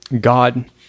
God